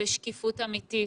בשקיפות אמיתית,